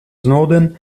snowden